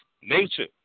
nature